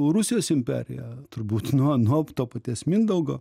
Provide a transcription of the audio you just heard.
rusijos imperija turbūt nuo nuo to paties mindaugo